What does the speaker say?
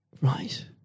Right